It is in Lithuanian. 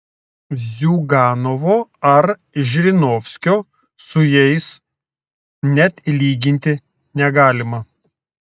ziuganovo ar žirinovskio su jais net lyginti negalima